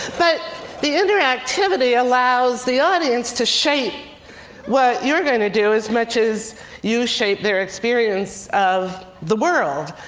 but the interactivity allows the audience to shape what you're going to do as much as you shape their experience of the world.